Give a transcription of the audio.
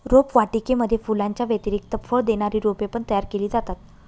रोपवाटिकेमध्ये फुलांच्या व्यतिरिक्त फळ देणारी रोपे पण तयार केली जातात